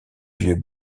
vieux